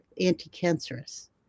anti-cancerous